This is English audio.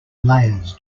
layers